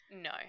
No